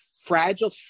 fragile